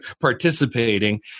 participating